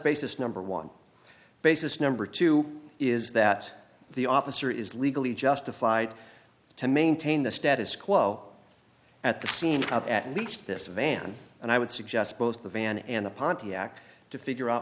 basis number one basis number two is that the officer is legally justified to maintain the status quo at the scene of at least this van and i would suggest both the van and the pontiac to figure out